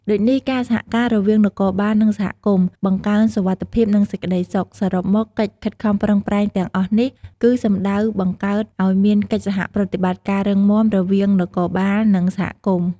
ដូចនេះការសហការរវាងនគរបាល និងសហគមន៍ បង្កើនសុវត្ថិភាព និងសេចក្តីសុខ សរុបមក កិច្ចខិតខំប្រឹងប្រែងទាំងអស់នេះ គឺសំដៅបង្កើតឲ្យមានកិច្ចសហប្រតិបត្តិការរឹងមាំ រវាងនគរបាល និងសហគមន៍។